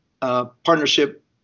partnership